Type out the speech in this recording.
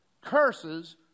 Curses